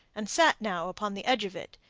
and sat now upon the edge of it,